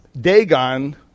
Dagon